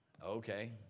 Okay